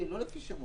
לא.